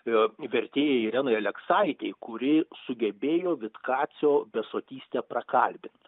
e vertėjai irenai aleksaitei kuri sugebėjo vitkacio besotystę prakalbint